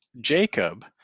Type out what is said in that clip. Jacob